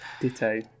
Ditto